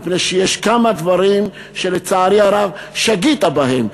מפני שיש כמה דברים שלצערי הרב שגית בהם.